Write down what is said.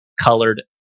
colored